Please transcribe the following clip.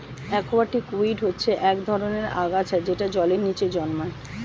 aquatic weed হচ্ছে এক ধরনের আগাছা যেটা জলের নিচে জন্মায়